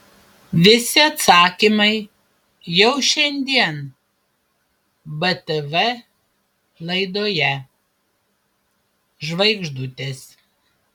visi atsakymai jau šiandien btv laidoje žvaigždutės